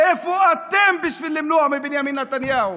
איפה אתם בשביל למנוע מבנימין נתניהו?